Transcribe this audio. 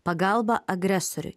pagalba agresoriui